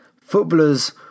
Footballers